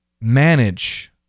manage